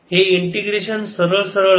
हे इंटीग्रेशन सरळ सरळ आहे